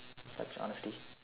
that's honesty